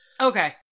Okay